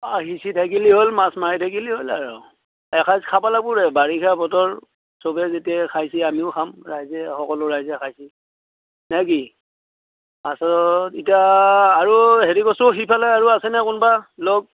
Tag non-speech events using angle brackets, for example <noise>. অ সিঁচি থাকিলে হ'ল মাছ মাৰি থাকিলে হ'ল আৰু এসাজ খাব লাগিব আৰু বাৰিষা বতৰ সবে যেতিয়া খাইছে আমিও খাম ৰাইজে সকলো ৰাইজে খাইছে নে কি <unintelligible> এতিয়া আৰু হেৰি কৰচোন সিফালে আৰু আছেনে কোনোবা লগ